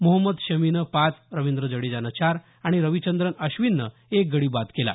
मोहम्मद शमीनं पाच रवींद्र जडेजानं चार आणि रविचंद्रन अश्विननं एक गडी बाद केला